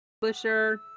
Publisher